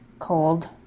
cold